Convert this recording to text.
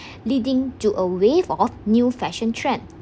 leading to a wave of new fashion trend